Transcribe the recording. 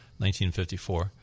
1954